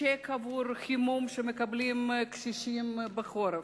צ'ק עבור חימום שמקבלים קשישים בחורף,